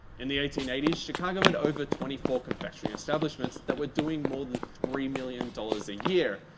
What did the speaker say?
in the eighteen eighty s chicago had over twenty four confectionery establishment that were doing more that three million dollars a year.